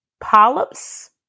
polyps